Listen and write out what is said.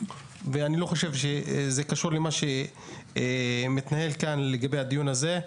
ואני לא חושב שזה קשור למה שמתנהל בדיון הזה.